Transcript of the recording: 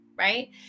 right